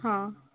ହଁ